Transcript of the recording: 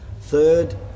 third